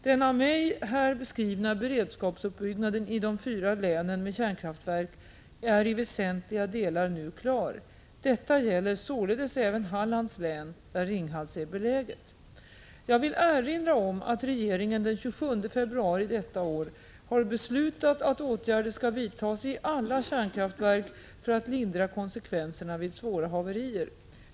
Den av mig här beskrivna beredskapsuppbyggnaden i de fyra län där det finns kärnkraftverk är i väsentliga delar nu klar. Detta gäller således även Hallands län, där Ringhals är beläget. Jag vill erinra om att regeringen den 27 februari detta år har beslutat att åtgärder skall vidtas i alla kärnkraftverk för att lindra konsekvenserna vid svåra haverier.